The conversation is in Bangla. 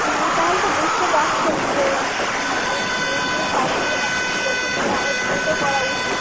মানে তাহলে তো বুঝতে পারছেন যে আরও এই যে কাজগুলো আপনারা করছেন তাহলে আরও দ্রুত করা উচিত